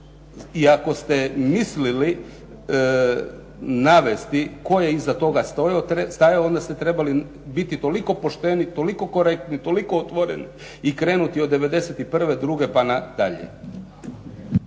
I ako ste mislili navesti tko je iza toga stajao onda ste trebali biti toliko pošteni, toliko korektni, toliko otvoreni i krenuti od '91., '92. pa nadalje.